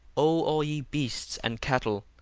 o all ye beasts and cattle,